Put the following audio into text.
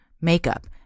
makeup